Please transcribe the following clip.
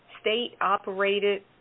state-operated